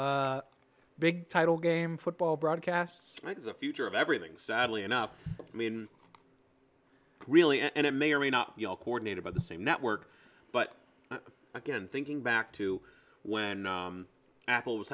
big title game football broadcasts the future of everything sadly enough i mean really and it may or may not be all coordinated by the same network but again thinking back to when apple was